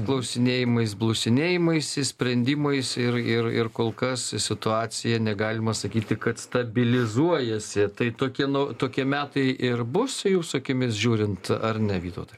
klausinėjimais blusinėjimaisi sprendimais ir ir ir kol kas situacija negalima sakyti kad stabilizuojasi tai tokie nu tokie metai ir bus jūsų akimis žiūrint ar ne vytautai